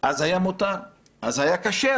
אז היה מותר, אז היה כשר.